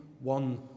one